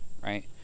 right